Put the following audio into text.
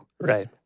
Right